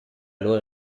loro